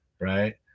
right